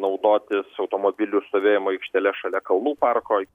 naudotis automobilių stovėjimo aikštele šalia kalnų parkoi